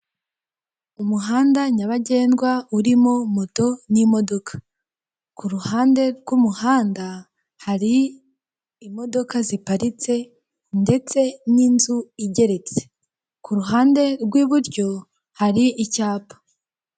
Umuhanda nyabagendwa urimo moto n'imodoka. Ku ruhande rw'umuhanda hari imodoka ziparitse ndetse n'inzu igeretse. Ku ruhande rw'iburyo hari icyapa.